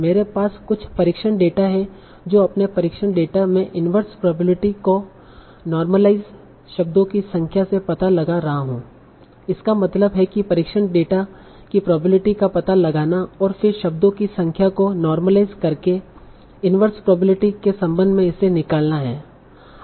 मेरे पास कुछ परीक्षण डेटा हैं तों मैं अपने परीक्षण डेटा में इनवर्स प्रोबेबिलिटी को नोर्मलाइज शब्दों की संख्या से पता लगा रहा हूं इसका मतलब है कि परीक्षण डेटा की प्रोबेबिलिटी का पता लगाना और फिर शब्दों की संख्या को नोर्मलाइज करके इनवर्स प्रोबेबिलिटी के संबंध में इसे निकालना है